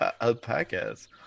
alpacas